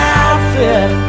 outfit